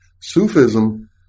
Sufism